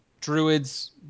Druids